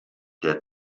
der